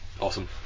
awesome